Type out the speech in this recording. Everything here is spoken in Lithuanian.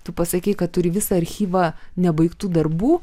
tu pasakei kad turi visą archyvą nebaigtų darbų